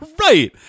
Right